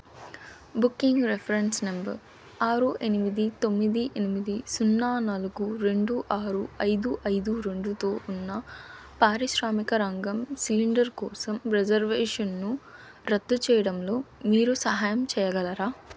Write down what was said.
booking reference number ఆరు ఎనిమిది తొమ్మిది ఎనిమిది సున్నా నాలుగు రెండు ఆరు ఐదు ఐదు రెండుతో ఉన్న పారిశ్రామిక రంగం సిలిండర్ కోసం రిజర్వేషన్ను రద్దు చేయడంలో మీరు సహాయం చేయగలరా